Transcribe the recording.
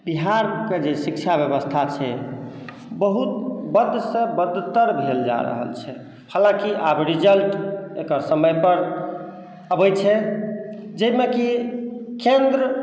बिहारके जे शिक्षा व्यवस्था छै बहुत बदसँ बदतर भेल जा रहल छै हालाँकि आब रिजल्ट एकर समयपर अबै छै जाहिमे की केन्द्र